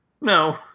No